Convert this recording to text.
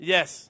Yes